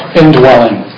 indwelling